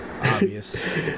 Obvious